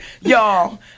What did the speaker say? y'all